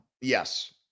Yes